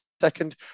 second